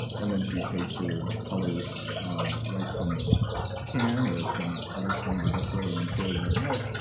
and then she takes her colors right from the can or some other kind of vessel and then pours them out.